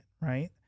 Right